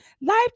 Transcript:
Life